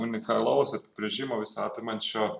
unikalaus apibrėžimo visa apimančio